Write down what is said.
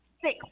six